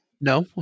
No